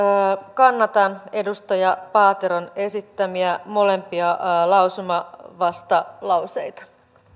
kannatan edustaja paateron esittämiä molempia lausumavastalauseita